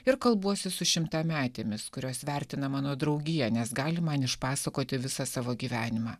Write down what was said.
ir kalbuosi su šimtametėmis kurios vertina mano draugiją nes gali man išpasakoti visą savo gyvenimą